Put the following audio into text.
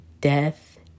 death